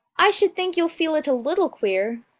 i should think you'll feel it a little queer,